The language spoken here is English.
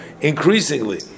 increasingly